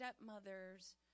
stepmother's